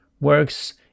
works